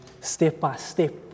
step-by-step